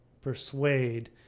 persuade